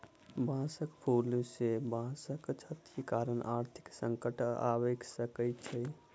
बांसक फूल सॅ बांसक क्षति कारण आर्थिक संकट आइब सकै छै